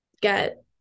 get